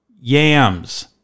yams